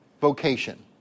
vocation